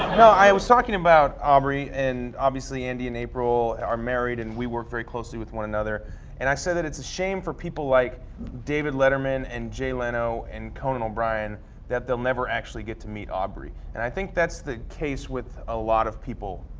no, i was talking about um aubrey and obviously andy and april are married and we work very closely with one another and i said that it's a shame for people like david letterman and jay leno and conan o'brien that they'll never actually get to meet aubrey. and i think that's the case with a lot of people.